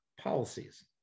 policies